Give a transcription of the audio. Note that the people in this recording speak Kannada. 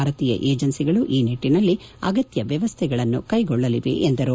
ಭಾರತೀಯ ಏಜೆನ್ಸಿಗಳು ಈ ನಿಟ್ಟನಲ್ಲಿ ಅಗತ್ಯ ವ್ಲವಸ್ಲೆಗಳನ್ನು ಕೈಗೊಳ್ಳಲಿವೆ ಎಂದರು